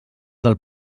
del